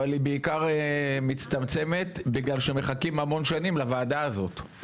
אבל היא בעיקר מצטמצמת בגלל שמחכים המון שנים לוועדה הזאת.